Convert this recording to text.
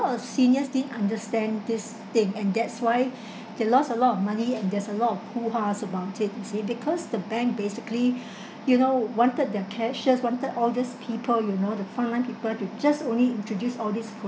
of seniors didn't understand this thing and that's why they lost a lot of money and there's a lot of hoo-has about it you see because the bank basically you know wanted their cashiers wanted all these people you know the front-line people to just only introduce all these